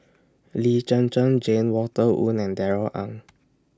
Lee Zhen Zhen Jane Walter Woon and Darrell Ang